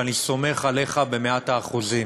ואני סומך עליך במאת האחוזים.